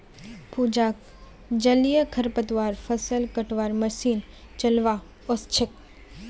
पूजाक जलीय खरपतवार फ़सल कटवार मशीन चलव्वा ओस छेक